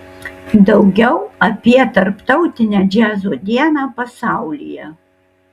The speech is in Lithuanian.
daugiau apie tarptautinę džiazo dieną pasaulyje